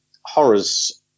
horrors